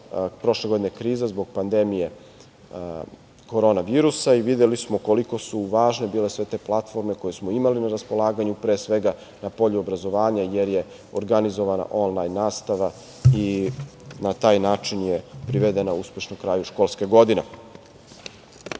prošle godine kriza zbog pandemije korona virusa i videli smo koliko su važne bile sve te platforme koje smo imali na raspolaganju, pre svega na polju obrazovanja jer je organizovana onlajn nastava i na taj način je privedena uspešno kraju školska godina. Druge